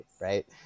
right